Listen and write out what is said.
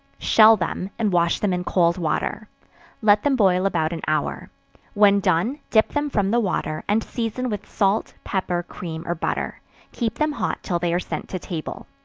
shell them, and wash them in cold water let them boil about an hour when done, dip them from the water, and season with salt, pepper, cream or butter keep them hot till they are sent to table.